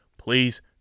Please